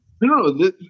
no